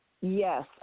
Yes